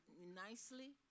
nicely